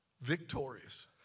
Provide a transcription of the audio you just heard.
victorious